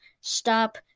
stop